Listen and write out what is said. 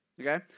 okay